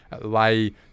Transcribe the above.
lay